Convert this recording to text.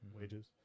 wages